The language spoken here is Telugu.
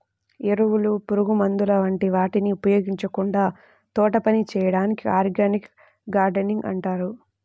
ఎరువులు, పురుగుమందుల వంటి వాటిని ఉపయోగించకుండా తోటపని చేయడాన్ని ఆర్గానిక్ గార్డెనింగ్ అంటారు